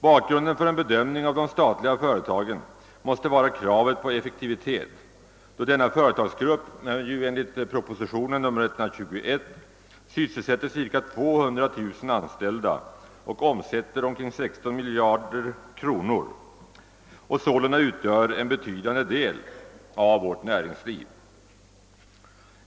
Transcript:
Bakgrunden till en bedömning av de statliga företagen måste vara kravet på effektivitet, då denna företagsgrupp enligt proposition nr 121 sysselsätter cirka 200 000 anställda och omsätter omkring 16 miljarder kronor och sålunda utgör en betydande del av vårt näringsliv.